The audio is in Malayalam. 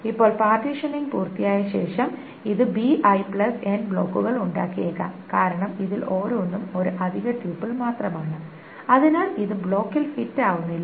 ഇപ്പോൾ പാർട്ടീഷനിംഗ് പൂർത്തിയായ ശേഷം ഇത് bin ബ്ലോക്കുകൾ ഉണ്ടാക്കിയേക്കാം കാരണം ഇതിൽ ഓരോന്നും ഒരു അധിക ട്യൂപ്പിൾ മാത്രമാണ് അതിനാൽ ഇത് ബ്ലോക്കിൽ ഫിറ്റ് ആവുന്നില്ല